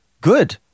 Good